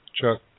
Chuck